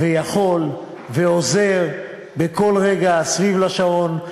ויכול, ועוזר בכל רגע, סביב לשעון.